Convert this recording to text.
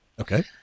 Okay